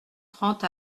trente